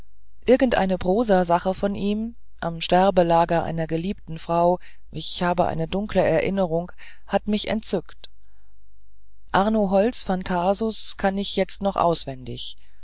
irgendeine prosasache von ihm am sterbelager einer geliebten frau ich habe eine dunkle erinnerung hat mich entzückt arno holz phantasus kann ich jetzt noch auswendig